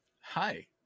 Hi